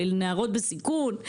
לנערות בסיכון,